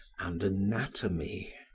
and anatomy.